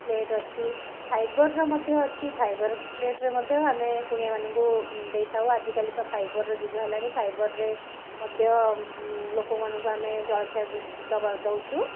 plate ଅଛି ଫାଇବର୍ର ମଧ୍ୟ ଅଛି ଫାଇବର୍ ପ୍ଳେଟ୍ରେ ମଧ୍ୟ ଆମେ କୁଣିଆମାନଙ୍କୁ ଦେଇଥାଉ ଆଜିକାଲି ତ ଫାଇବର୍ର ଯୁଗ ହେଲାଣି ଫାଇବର୍ରେ ମଧ୍ୟ ଲୋକମାନଙ୍କୁ ଆମେ ଜଳଖିଆ ଦେବା ଦେଉଛୁ